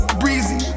breezy